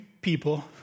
people